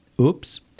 Oops